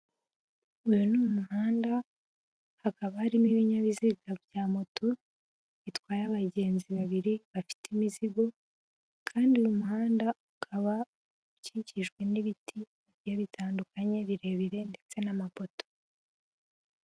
Uyu ni umuhanda, hakaba harimo ibinyabiziga bya moto bitwaye abagenzi babiri bafite imizigo. Kandi uyu muhanda ukaba ukikijwe n'ibiti bigiye bitandukanye birebire ndetse n'amapoto.